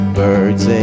birds